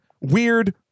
weird